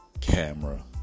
camera